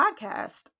podcast